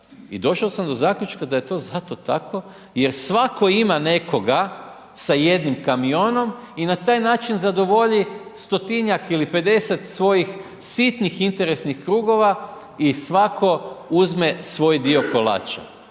i došao sam do zaključka da je to zato tako jer svako ima nekoga sa jednim kamionom i na taj način zadovolji 100-tinjak ili 50 svojih sitnih interesnih krugova i svako uzme svoj dio kolača.